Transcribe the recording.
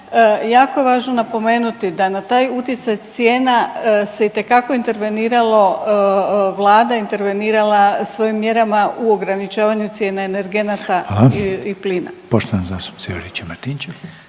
jako je važno napomenuti da na taj utjecaj cijena se itekako interveniralo, Vlada je intervenirala svojim mjerama u ograničavanju cijena energenata i plina. **Reiner, Željko (HDZ)** Hvala.